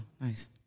nice